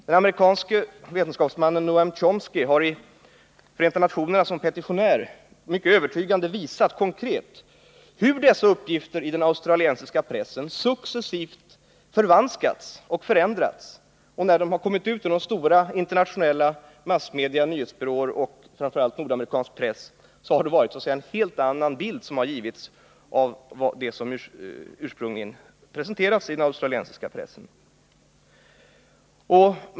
Den amerikanske vetenskapsmannen Noam Chomsky har i Förenta nationerna som petitionär mycket övertygande konkret visat hur uppgifter i den australiensiska pressen successivt förvanskats och förändrats. När de kommit ut i de internationella massmedierna — framför allt i nordamerikansk press — och genom nyhetsbyråerna, har det givits en helt annan bild av det som ursprungligen presenterats i den australiensiska pressen.